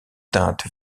teinte